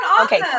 okay